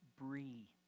Brie